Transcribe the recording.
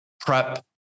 prep